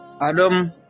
Adam